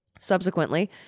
Subsequently